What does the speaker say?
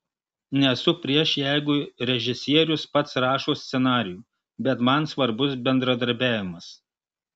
nesu prieš jeigu režisierius pats rašo scenarijų bet man svarbus bendradarbiavimas